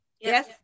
Yes